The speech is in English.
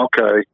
okay